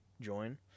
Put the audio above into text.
join